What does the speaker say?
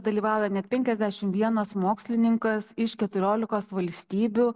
dalyvauja net penkiasdešim vienas mokslininkas iš keturiolikos valstybių